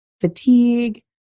fatigue